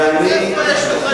איפה יש דוכנים רפורמיים?